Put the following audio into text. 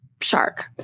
shark